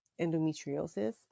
endometriosis